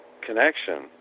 connection